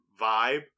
vibe